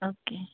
okay